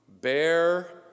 bear